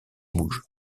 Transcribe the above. bouge